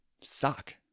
suck